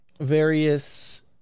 various